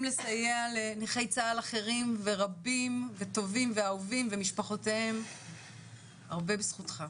לסייע לנכי צה"ל אחרים ורבים וטובים ואהובים ומשפחותיהם הרבה בזכותך.